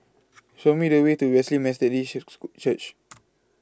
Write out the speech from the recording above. Show Me The Way to Wesley Methodist School Church